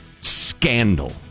scandal